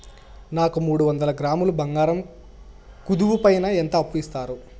నాకు మూడు వందల గ్రాములు బంగారం కుదువు పైన ఎంత అప్పు ఇస్తారు?